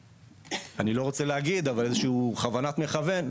אני לא רוצה להגיד אבל איזושהי כוונת מכוון.